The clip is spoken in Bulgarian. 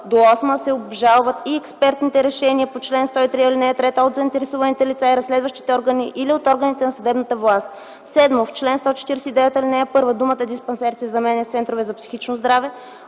2-8 се обжалват и експертните решения по чл. 103, ал. 3 от заинтересуваните лица и разследващите органи или от органите на съдебната власт.” 7. В чл. 149, ал. 1 думата „диспансери” се заменя с „центрове за психично здраве”.